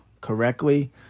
correctly